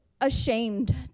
ashamed